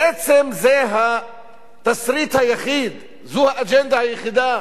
בעצם זה התסריט היחיד, זו האג'נדה היחידה